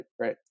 right